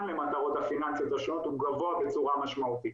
למטרות הפיננסיות השונות הוא גבוה בצורה משמעותית